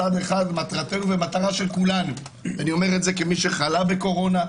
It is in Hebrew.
מצד אחד מטרה של כולנו אומר את זה כמי שחלה בקורונה,